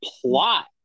plot